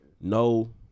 no